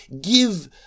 give